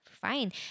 fine